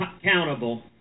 accountable